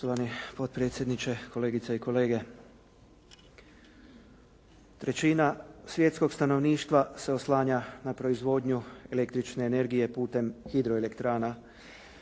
Poštovani potpredsjedniče, kolegice i kolege. Trećina svjetskog stanovništva se oslanja na proizvodnju električne energije putem hidroelektrana